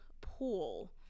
pool